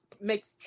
makes